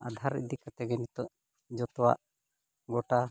ᱟᱫᱷᱟᱨ ᱤᱫᱤ ᱠᱟᱛᱮᱫ ᱜᱮ ᱱᱤᱛᱳᱜ ᱡᱚᱛᱚᱣᱟᱜ ᱜᱚᱴᱟ